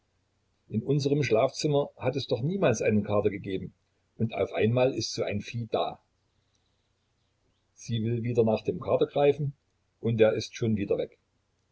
in unserm schlafzimmer hat es doch niemals einen kater gegeben und auf einmal ist so ein vieh da sie will wieder nach dem kater greifen und er ist schon wieder weg